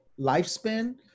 lifespan